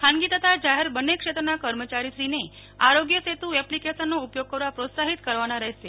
ખાનગી તથા જાહેર બંને ક્ષેત્રના કર્મચારીશ્રીને આરોગ્ય સેતુ એપ્લીકેશનનો ઉપયોગ કરવા પ્રોત્સાહિત કરવાના રહેશે